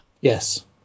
Yes